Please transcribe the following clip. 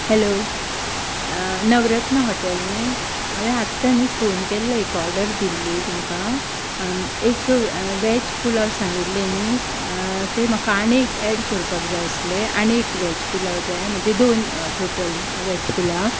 hello Navratna hotel न्ही हांवे आत्तां न्ही फॉन केल्लो एक ऑर्डर दिल्ली तुमकां एक वॅज पुलाव सांगिल्ले न्ही ते म्हाका आनी एक ऍड कोरपाक जाय आसलें आनी एक वॅज पुलाव जाय म्हणजे दोन टोटल वॅज पुलाव